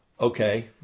Okay